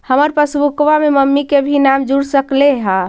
हमार पासबुकवा में मम्मी के भी नाम जुर सकलेहा?